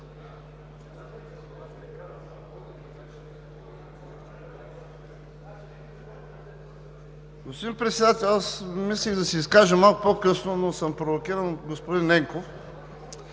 Господин Председател, аз мислех да се изкажа малко по-късно, но съм провокиран от господин Ненков.